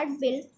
Bill